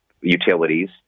utilities